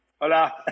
hola